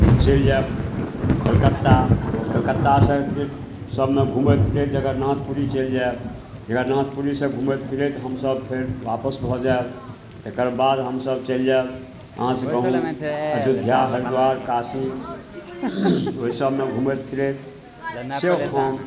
चलि जाएब कलकत्ता कलकत्तासे तीर्थ सबमे घुमैत फिरैत जगरनाथपुरी चलि जाएब जगरनाथपुरीसे घुमैत फिरैत हमसभ फेर आपस भऽ जाएब तकर बाद हमसभ चलि जाएब अहाँसे कहू अयोध्या हरिद्वार काशी ओहिसबमे घुमैत फिरैतसे हम